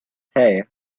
hey